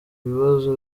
bibazo